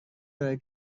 برای